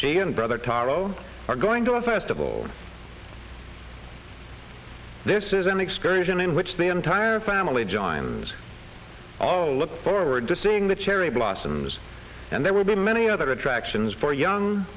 jian brother toro are going to a festival this is an excursion in which the entire family joins all look forward to seeing the cherry blossoms and there will be many other attractions for young